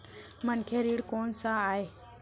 मनखे ऋण कोन स आय?